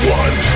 one